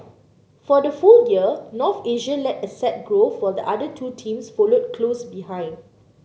for the full year North Asia led asset growth while the other two teams followed close behind